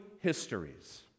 histories